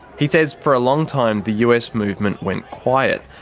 he says for a long time the us movement went quiet,